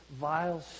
vile